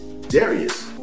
Darius